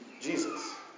Jesus